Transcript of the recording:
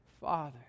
father